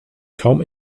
kaum